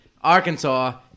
Arkansas